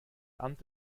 amt